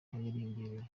yariyongereye